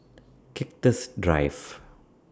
Cactus Drive